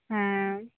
হ্যাঁ